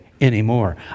anymore